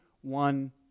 one